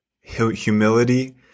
humility